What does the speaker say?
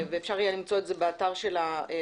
ואפשר יהיה למצוא את זה באתר של הוועדה,